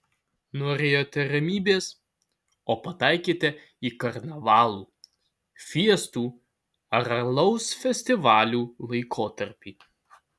norėjote ramybės o pataikėte į karnavalų fiestų ar alaus festivalių laikotarpį